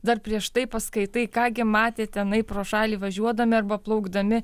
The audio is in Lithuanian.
dar prieš tai paskaitai ką gi matė tenai pro šalį važiuodami arba plaukdami